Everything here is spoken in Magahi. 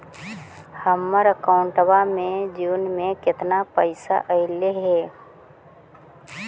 हमर अकाउँटवा मे जून में केतना पैसा अईले हे?